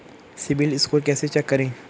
CIBIL score कैसे check करें?